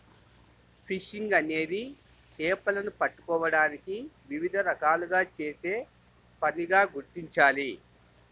fishing అనేది చేపలను పట్టుకోవడానికి వివిధ రకాలుగా చేసే పనిగా గుర్తించాలి